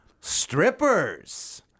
Strippers